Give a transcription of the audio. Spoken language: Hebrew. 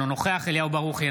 אינו נוכח אליהו ברוכי,